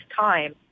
time